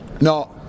No